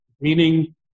meaning